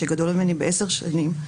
שגדול ממני בעשר שנים,